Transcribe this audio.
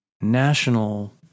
national